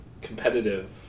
competitive